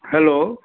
hello